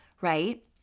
right